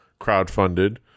crowdfunded